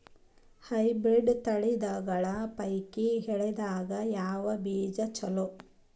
Hybrid ತಳಿಗಳ ಪೈಕಿ ಎಳ್ಳ ದಾಗ ಯಾವ ಬೀಜ ಚಲೋ?